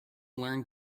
learned